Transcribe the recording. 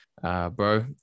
Bro